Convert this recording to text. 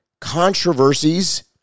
controversies